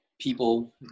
people